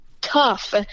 tough